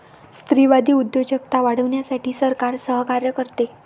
स्त्रीवादी उद्योजकता वाढवण्यासाठी सरकार सहकार्य करते